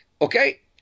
Okay